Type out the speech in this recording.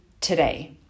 today